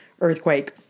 earthquake